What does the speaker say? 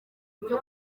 byo